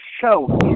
show